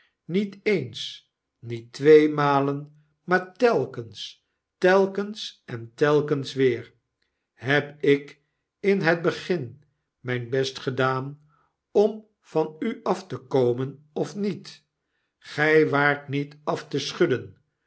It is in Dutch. niet eens niettweemalen maar telkens telkens en telkens weer heb ik in het begin myn best gedaan om van u af te komen of niet gy waart niet af te schudden